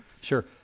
sure